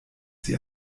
sie